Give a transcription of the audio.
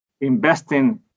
investing